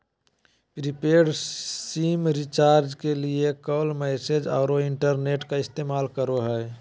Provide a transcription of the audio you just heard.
prepaid SIM recharge करे के लिए कॉल, मैसेज औरो इंटरनेट का इस्तेमाल करो हइ